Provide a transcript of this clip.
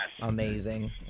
amazing